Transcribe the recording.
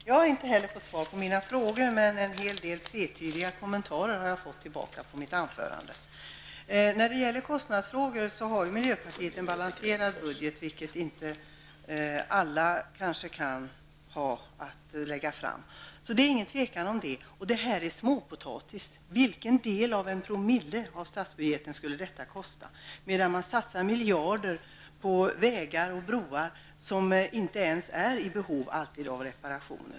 Herr talman! Jag har inte heller fått svar på mina frågor, utan jag har fått en hel del tvetydiga kommentarer med anledning av mitt anförande. När det gäller kostnadsfrågor har miljöpartiet en balanserad budget, vilket kanske inte alla kan lägga fram. Det är inge tvivel om detta. Det här är småpotatis. Hur stor del av en promille av statsbudgeten skulle detta kosta? Som en jämförelse kan sägas att man satsar miljarder på vägar och broar som inte alltid ens är i behov av reparation.